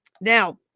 Now